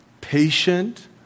Patient